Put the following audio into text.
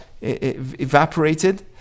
evaporated